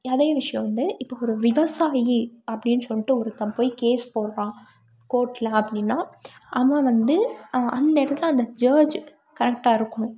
அதே விஷயம் வந்து இப்போ ஒரு விவசாயி அப்படின்னு சொல்லிட்டு ஒருத்தன் போய் கேஸ் போடுகிறான் கோர்ட்டில் அப்படினா அவன் வந்து அந்த அவன் இடத்துல ஜட்ஜ் கரெக்டாக இருக்கணும்